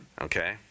okay